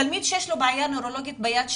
תלמיד שיש לו בעיה נוירולוגית ביד,